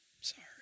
sorry